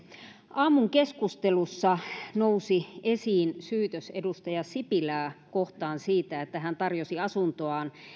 aamun keskustelussa nousi esiin syytös edustaja sipilää kohtaan siitä että hän tarjosi asuntoaan